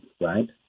right